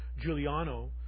Giuliano